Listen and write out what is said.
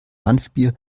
hanfbier